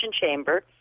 chamber